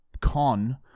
con